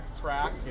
Track